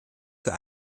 für